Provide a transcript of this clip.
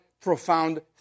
profound